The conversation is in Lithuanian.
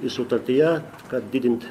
i sutartyje kad didint